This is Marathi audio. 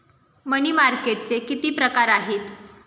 मनी मार्केटचे किती प्रकार आहेत?